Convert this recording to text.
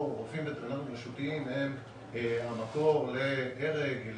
רופאים וטרינרים רשותיים הם המקור להרג,